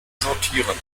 sortieren